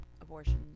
abortion